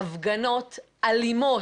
האחרונים הפגנות אלימות,